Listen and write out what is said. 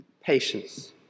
Patience